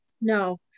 no